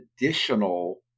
additional